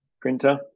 printer